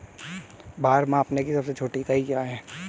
भार मापने की सबसे छोटी इकाई क्या है?